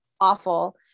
awful